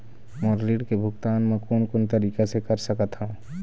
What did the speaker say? मोर ऋण के भुगतान म कोन कोन तरीका से कर सकत हव?